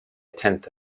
tenth